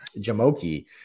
jamoki